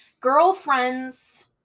girlfriends